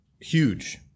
huge